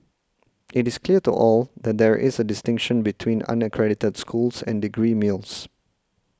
it is clear to all that there is a distinction between unaccredited schools and degree mills